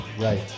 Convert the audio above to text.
Right